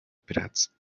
prats